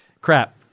Crap